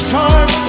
time